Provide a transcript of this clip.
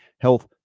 health